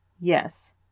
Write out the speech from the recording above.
Yes